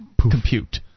compute